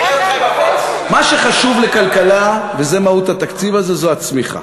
מה שחשוב לכלכלה, וזו מהות התקציב הזה, זה הצמיחה.